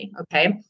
okay